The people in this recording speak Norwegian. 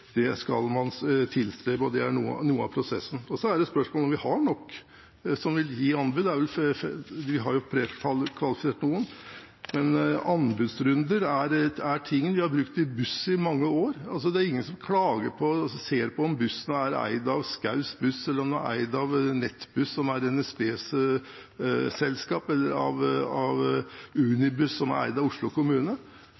det er en del av prosessen. Det er et spørsmål om vi har nok selskaper som vil gi anbud – vi har jo pre-kvalifisert noen – men anbudsrunder er tingen. Vi har brukt det innenfor bussektoren i mange år. Det er ingen som klager på og ser på om bussen er eid av Schaus Buss eller av Nettbuss, som er NSBs selskap, eller av Unibuss, som er eid av